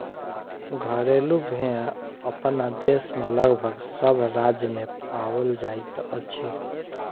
घरेलू भेंड़ अपना देश मे लगभग सभ राज्य मे पाओल जाइत अछि